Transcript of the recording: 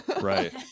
Right